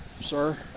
sir